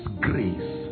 grace